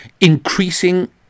increasing